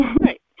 Right